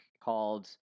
called